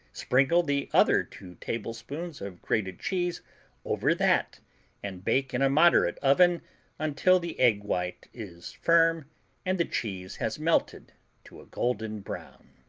sprinkle the other two tablespoons of grated cheese over that and bake in moderate oven until the egg white is firm and the cheese has melted to a golden-brown.